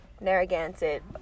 Narragansett